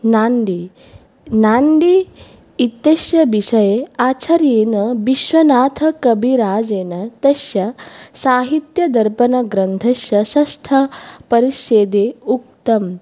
नान्दी नान्दी इत्यस्य विषये आचार्येन विश्वनाथकविराजेन तस्य साहित्यदर्पणग्रन्थस्य षष्ठ परिच्छेदे उक्तम्